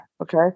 Okay